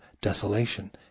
Desolation